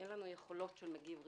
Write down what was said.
אין לנו היכולות של מגיב ראשון.